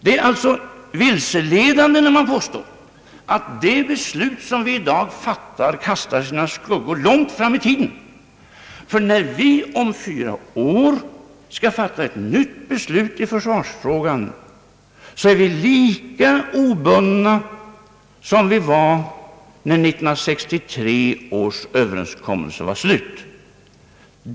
Det är alltså vilseledande när man påstår, att det beslut som vi i dag fattar kastar sin skugga långt fram i tiden. När vi om fyra år skall fatta ett nytt beslut i försvarsfrågan är vi lika obundna som vi var när tiden för 1963 års överenskommelse hade gått ut.